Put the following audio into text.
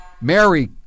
Mary